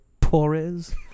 Pores